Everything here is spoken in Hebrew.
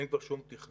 אין כבר כל תכנון.